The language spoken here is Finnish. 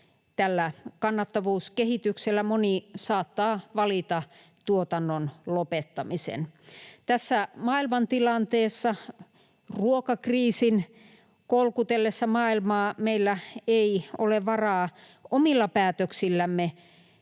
tällä kannattavuuskehityksellä moni saattaa valita tuotannon lopettamisen. Tässä maailmantilanteessa, ruokakriisin kolkutellessa maailmaa, meillä ei ole varaa omilla päätöksillämme